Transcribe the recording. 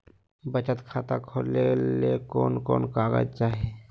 बचत खाता खोले ले कोन कोन कागज चाही?